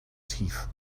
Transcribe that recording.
teeth